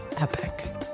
epic